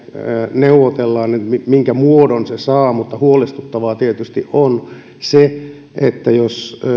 neuvotellaan siitä minkä muodon se saa mutta huolestuttavaa tietysti on se jos